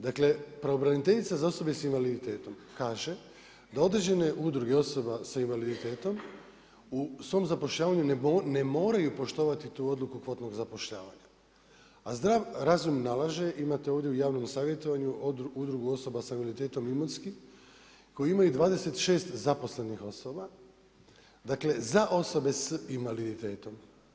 Dakle pravobraniteljica za osobe sa invaliditetom kaže da određene udruge osoba sa invaliditetom u svom zapošljavanju ne moraju poštovati tu odluku kvotnog zapošljavanja a zdrav razum nalaže, imate ovdje u javnom savjetovanju Udrugu osoba sa invaliditetom Imotski koji imaju 26 zaposlenih osoba, dakle za osobe s invaliditetom.